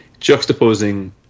juxtaposing